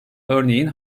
örneğin